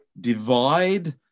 Divide